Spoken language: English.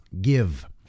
give